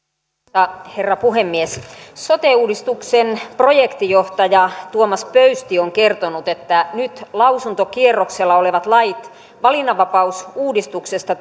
arvoisa herra puhemies sote uudistuksen projektijohtaja tuomas pöysti on kertonut että nyt lausuntokierroksella olevat lait valinnanvapausuudistuksesta